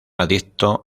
adicto